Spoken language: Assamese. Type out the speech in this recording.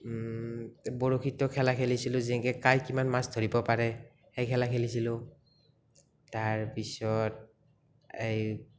বৰশীতটো খেলা খেলিছিলোঁ যেনেকে কাই কিমান মাছ ধৰিব পাৰে সেই খেলা খেলিছিলোঁ তাৰপিছত এই